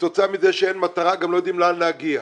וכתוצאה מזה שאין מטרה גם לא יודעים לאן להגיע.